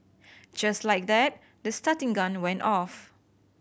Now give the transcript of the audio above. just like that the starting gun went off